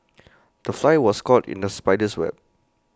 the fly was caught in the spider's web